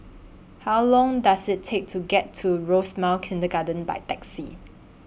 How Long Does IT Take to get to Rosemount Kindergarten By Taxi